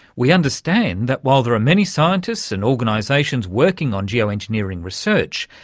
we understand that while there are many scientists and organisations working on geo-engineering research,